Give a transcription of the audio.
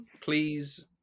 Please